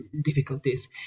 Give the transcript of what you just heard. difficulties